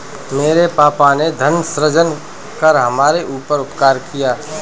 मेरे पापा ने धन सृजन कर हमारे ऊपर उपकार किया है